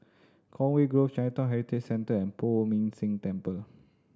Conway Grove Chinatown Heritage Centre and Poh Ming Tse Temple